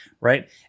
Right